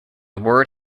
word